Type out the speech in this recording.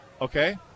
Okay